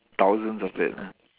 thousands of it lah